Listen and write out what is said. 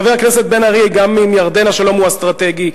חבר הכנסת בן-ארי, גם עם ירדן השלום הוא אסטרטגי.